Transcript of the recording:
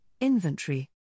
Inventory